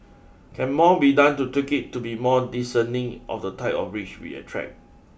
can more be done to tweak it to be more discerning of the type of rich we attract